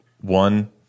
one